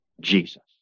Jesus